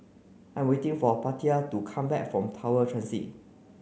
I'm waiting for Paulette to come back from Tower Transit